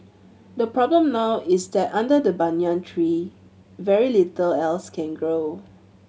the problem now is that under the banyan tree very little else can grow